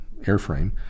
airframe